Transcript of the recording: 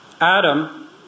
Adam